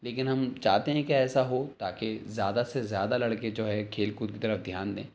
لیکن ہم چاہتے ہیں کہ ایسا ہو تاکہ زیادہ سے زیادہ لڑکے جو ہے کھیل کود کی طرح دھیان دیں